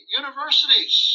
universities